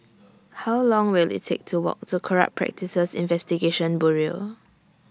How Long Will IT Take to Walk to Corrupt Practices Investigation Bureau